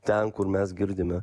ten kur mes girdime